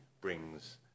brings